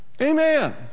Amen